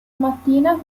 mattina